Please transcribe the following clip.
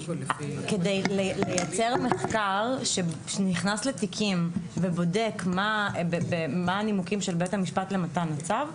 כדי לייצר מחקר שנכנס לתיקים ובודק מה הנימוקים של בית המשפט למתן הצו,